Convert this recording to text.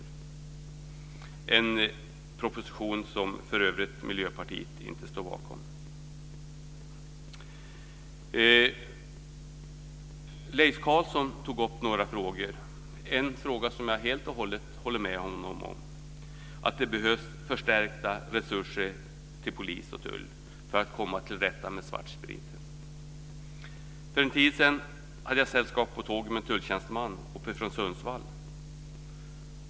Det är en proposition som Miljöpartiet inte står bakom. Leif Carlson tog upp några frågor. En fråga jag håller helt med om är att det behövs förstärkta resurser till polis och tull för att komma till rätta med svartspriten. För en tid sedan hade jag sällskap på tåget med en tulltjänsteman från Sundsvall.